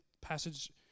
passage